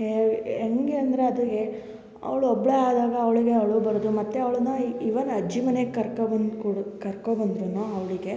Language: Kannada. ಹೇಗೆ ಹೆಂಗೆ ಅಂದರೆ ಅದು ಎ ಅವಳು ಒಬ್ಬಳೆ ಆದಾಗ ಅವ್ಳಿಗೆ ಅಳು ಬರುದು ಮತ್ತು ಅವಳನ್ನ ಇವನ ಅಜ್ಜಿ ಮನೆಗೆ ಕರ್ಕೊಬಂದು ಕೂಡು ಕರ್ಕೊಬಂದರೂ ಅವಳಿಗೆ